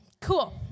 Cool